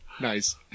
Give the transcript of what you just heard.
nice